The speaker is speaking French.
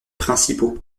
principaux